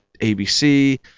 ABC